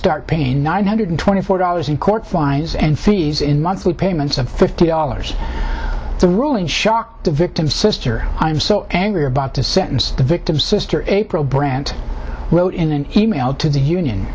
start pain one hundred twenty four dollars in court fines and fees in monthly payments of fifty dollars the ruling shocked the victim's sister i'm so angry about the sentence the victim's sister april brant wrote in an e mail to the union